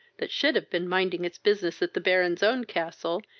that should have been minding its business at the baron's own castle,